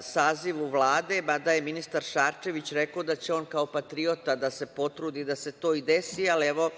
sazivu Vlade, mada je ministar Šarčević rekao da će on kao patriota da se potrudi da se to i desi, ali, evo,